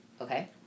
okay